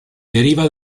deriva